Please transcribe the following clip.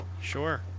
Sure